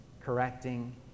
correcting